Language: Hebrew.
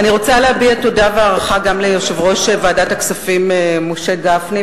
אני רוצה להביע תודה והערכה גם ליושב-ראש ועדת הכספים משה גפני,